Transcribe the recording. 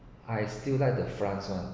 I still like the france [one]